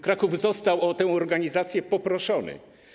Kraków został o tę organizację poproszony.